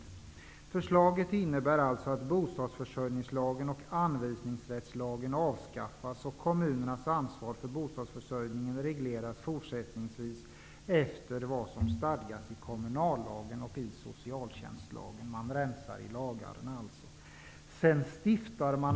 Det framlagda förslaget innebär att bostadsförsörjningslagen och anvisningsrättslagen avskaffas och att kommunernas ansvar för bostadsförsörjningen fortsättningsvis skall regleras efter vad som stadgas i kommunallagen och i socialtjänstlagen. Man rensar alltså upp i lagarna.